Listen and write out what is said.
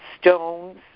stones